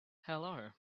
hello